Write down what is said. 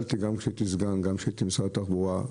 גם כשהייתי סגן שר במשרד התחבורה,